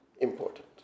Important